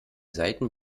seiten